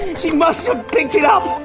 and she must have picked it up!